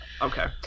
Okay